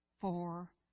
four